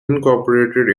incorporated